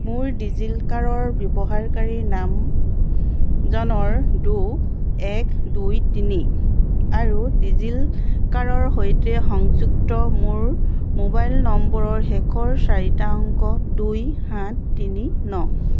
মোৰ ডিজি লকাৰৰ ব্যৱহাৰকাৰীৰ নাম জনৰ ডো এক দুই তিনি আৰু ডিজি লকাৰৰ সৈতে সংযুক্ত মোৰ মোবাইল নম্বৰৰ শেষৰ চাৰিটা অংক দুই সাত তিনি ন